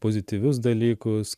pozityvius dalykus